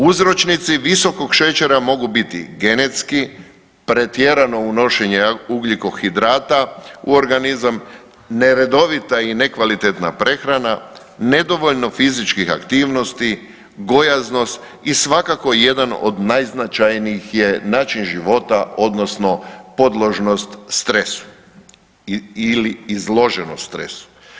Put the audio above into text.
Uzročnici visokog šećera mogu biti genetski, pretjerano unošenje ugljikohidrata u organizam, neredovita i nekvalitetna prehrana, nedovoljno fizičkih aktivnosti, gojaznost i svakako jedan od najznačajnijih je način života odnosno podložnost stresu ili izloženost stresu.